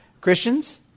Christians